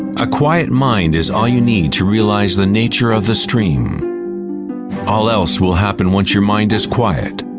a quiet mind is all you need to realize the nature of the stream all else will happen once your mind is quiet.